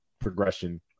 progression